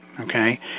okay